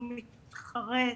הוא מתחרט.